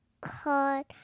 called